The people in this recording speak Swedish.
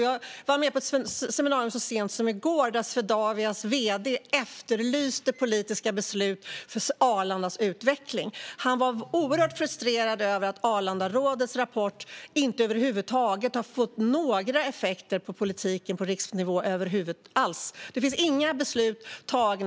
Jag var med på ett seminarium så sent som i går där Swedavias vd efterlyste politiska beslut för Arlandas utveckling. Han var oerhört frustrerad över att Arlandarådets rapport inte över huvud taget har fått några effekter på politiken på riksnivå. Det finns inga beslut fattade.